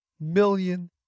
million